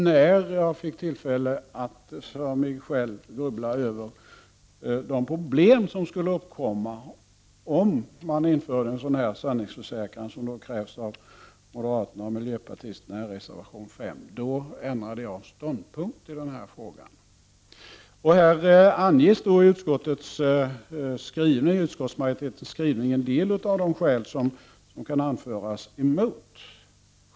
När jag fick tillfälle att för mig själv grubbla över de problem som skulle kunna uppkomma om en sanningsförsäkran av det slag som krävs av moderaterna och miljöpartisterna i reservation 5 infördes, då intog jag en annan ståndpunkt i frågan. I utskottsmajoritetens skrivning anges en del av de skäl som kan anföras emot införande av sanningsförsäkran.